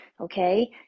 okay